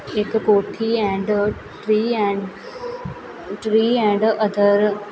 ਇੱਕ ਕੋਠੀ and tree and tree and other